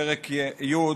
פרק י',